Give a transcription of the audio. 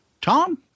tom